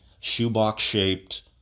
shoebox-shaped